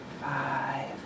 five